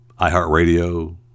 iHeartRadio